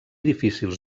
difícils